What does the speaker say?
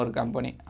company